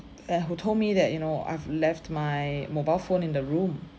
that who told me that you know I've left my mobile phone in the room